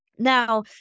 Now